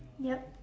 yup